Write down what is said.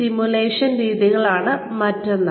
simulation രീതികളാണ് മറ്റൊന്ന്